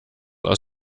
aus